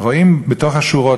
רואים בתוך השורות,